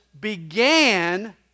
began